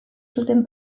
zuten